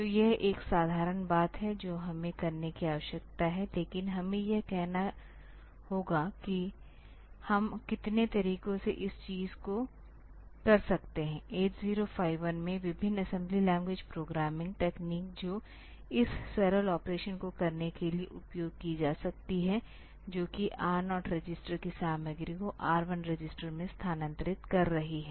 तो यह एक साधारण बात है जो हमें करने की आवश्यकता है लेकिन हमें यह कहना होगा कि हम कितने तरीकों से इस चीज को कर सकते हैं 8051 में विभिन्न असेंबली लैंग्वेज प्रोग्रामिंग तकनीक जो इस सरल ऑपरेशन को करने के लिए उपयोग की जा सकती हैं जो कि R 0 रजिस्टर की सामग्री को R1 रजिस्टर में स्थानांतरित कर रही है